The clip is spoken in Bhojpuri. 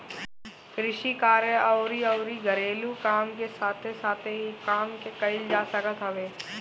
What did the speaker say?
कृषि कार्य अउरी अउरी घरेलू काम के साथे साथे इ काम के कईल जा सकत हवे